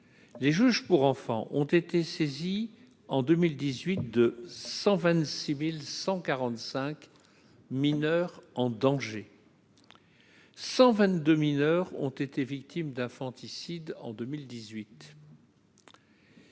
les juges pour enfants ont été saisis en 2018 de 126145 mineurs en danger 122 mineurs ont été victimes d'infanticides en 2018.